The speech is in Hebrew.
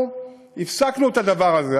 אנחנו הפסקנו את הדבר הזה.